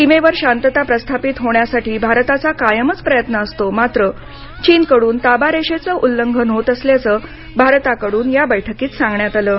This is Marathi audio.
सीमेवर शांतता प्रस्थापित होण्यासाठी भारताचा कायमच प्रयत्न असतो मात्र चीनकडून ताबारेषेचं उल्लंघन होत असल्याचं भारताकडून या बैठकीत सांगण्यात आलं आहे